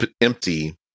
empty